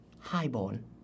Highborn